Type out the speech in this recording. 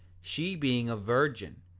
she being a virgin,